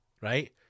right